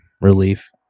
relief